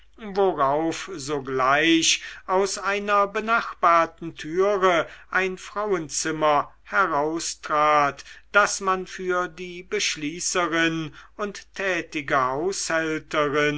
worauf sogleich aus einer benachbarten türe ein frauenzimmer heraustrat das man für die beschließerin und tätige